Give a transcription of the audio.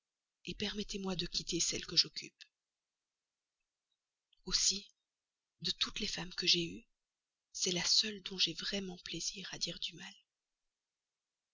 sollicite permettez-moi de quitter celle que j'occupe aussi de toutes les femmes que j'ai eues c'est la seule dont j'ai vraiment plaisir à dire du mal